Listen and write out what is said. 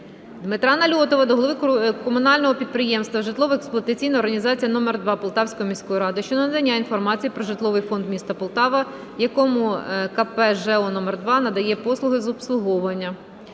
Дмитра Нальотова до голови комунального підприємства "Житлово-експлуатаційна організація №2" Полтавської міської ради щодо надання інформації про житловий фонд м. Полтава, якому КП "ЖЕО №2" надає послуги з обслуговування.